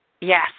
Yes